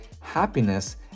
happiness